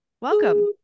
Welcome